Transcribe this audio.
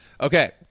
okay